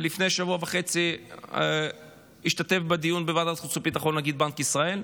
לפני שבוע וחצי השתתף בדיון בוועדת חוץ וביטחון נגיד בנק ישראל.